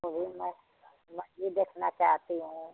को घूमना है मस्जिद देखना चाहती हूँ